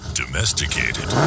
domesticated